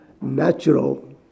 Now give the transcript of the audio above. natural